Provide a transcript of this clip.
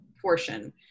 portion